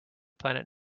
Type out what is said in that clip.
planet